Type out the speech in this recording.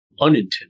unintended